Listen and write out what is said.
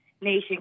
nation